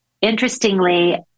interestingly